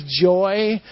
joy